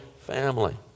family